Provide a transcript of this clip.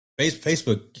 Facebook